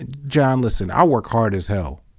and john, listen, i work hard as hell.